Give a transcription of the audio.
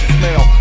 smell